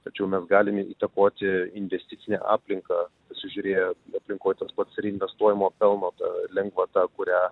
tačiau mes galime įtakoti investicinę aplinką pasižiūrėję aplinkoj tas pats reinvestuojamo pelno ta lengvata kurią